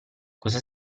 cosa